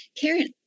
Karen